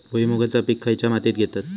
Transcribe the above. भुईमुगाचा पीक खयच्या मातीत घेतत?